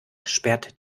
sperrt